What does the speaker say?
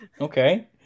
Okay